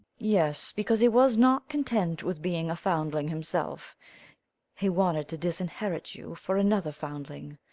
yes, because he was not content with being a foundling himself he wanted to disinherit you for another foundling.